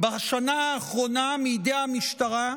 בשנה האחרונה מידי המשטרה,